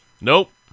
Nope